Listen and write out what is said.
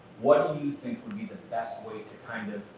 what do you think would be the best way to kind of,